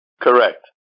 correct